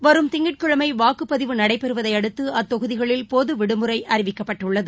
வரும் திங்கட்கிழமைவாக்குப்பதிவு நடைபெறுவதையடுத்து அத்தொகுதிகளில் பொதுவிடுமுறைஅறிவிக்கப்பட்டுள்ளது